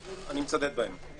אני מצדד בהם.